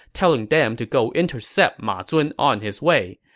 telling them to go intercept ma zun on his way.